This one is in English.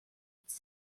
its